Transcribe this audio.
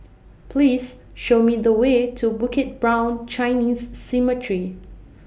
Please Show Me The Way to Bukit Brown Chinese Cemetery